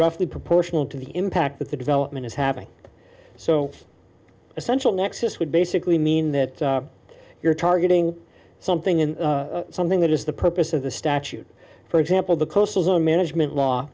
roughly proportional to the impact that the development is having so essential nexus would basically mean that you're targeting something in something that is the purpose of the statute for example the coastal zone management law